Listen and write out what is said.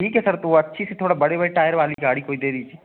ठीक है सर तो वह अच्छी सी थोड़ा बड़े वड़े टायर वाली गाड़ी कोई दे दीजिए